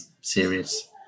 serious